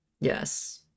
Yes